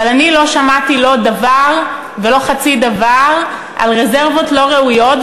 אבל אני לא שמעתי לא דבר ולא חצי דבר על רזרבות לא ראויות,